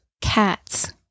cats